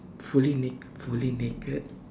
fully naked fully naked